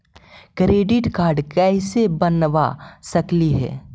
Credit card कैसे बनबा सकली हे?